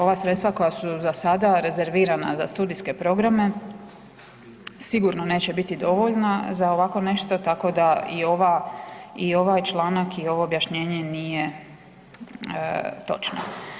Ova sredstva koja su za sada rezervirana za studijske programe sigurno neće biti dovoljna za ovako nešto tako da i ova, i ovaj članak i ovo objašnjenje nije točno.